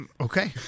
Okay